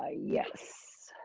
ah yes,